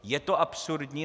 Je to absurdní?